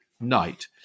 night